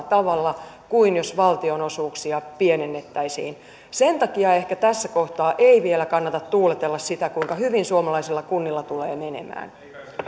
tavalla kuin jos valtionosuuksia pienennettäisiin sen takia ehkä tässä kohtaa ei vielä kannata tuuletella sitä kuinka hyvin suomalaisilla kunnilla tulee menemään